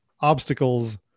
obstacles